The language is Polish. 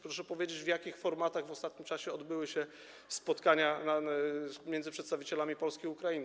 Proszę powiedzieć, w jakich formatach w ostatnim czasie odbyły się spotkania między przedstawicielami Polski i Ukrainy.